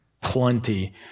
plenty